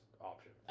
option